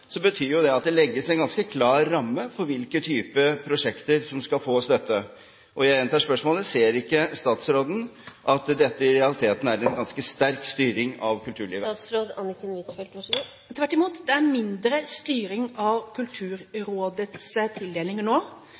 betyr jo det at det legges en ganske klar ramme for hvilke typer prosjekter som skal få støtte. Jeg gjentar spørsmålet: Ser ikke statsråden at dette i realiteten er en ganske sterk styring av kulturlivet? Tvert imot: Det er mindre styring av Kulturrådets tildelinger nå